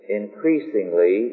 increasingly